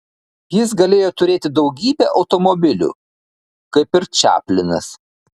jis galėjo turėti daugybę automobilių kaip ir čaplinas